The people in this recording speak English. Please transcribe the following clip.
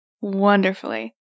wonderfully